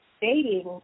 dating